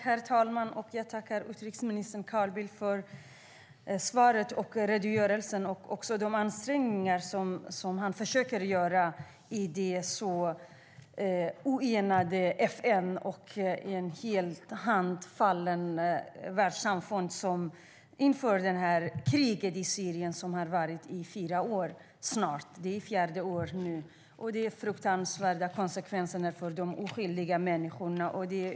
Herr talman! Jag vill tacka utrikesminister Carl Bildt för svaret, för redogörelsen och också för de ansträngningar han försöker göra i ett oenat FN och i ett världssamfund som står helt handfallet inför kriget i Syrien som har pågått i snart fyra år. Det är inne på fjärde året nu. Konsekvenserna är fruktansvärda för alla oskyldiga människor.